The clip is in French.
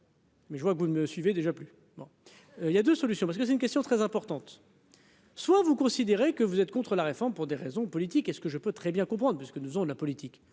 Mais je vois que vous ne me suivez déjà plus, bon, il y a 2 solutions, parce que c'est une question très importante. Soit vous considérez que vous êtes contre la réforme, pour des raisons politiques, est ce que je peux très bien comprendre puisque nous on de la politique